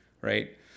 right